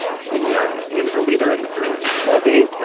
he um he was a leader in the group. was he?